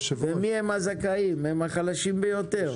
והזכאים הם החלשים ביותר.